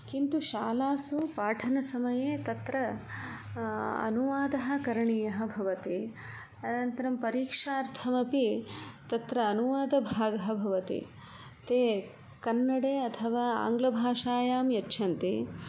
किन्तु शालासु पाठनसमये तत्र अनुवादः करणीयः भवति अनन्तरं परिक्षार्थमपि तत्र अनुवादभागः भवति ते कन्नडे अथवा आंग्लभाषायां यच्छन्ति